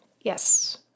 Yes